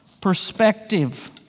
perspective